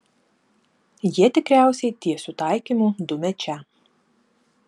jie tikriausiai tiesiu taikymu dumia čia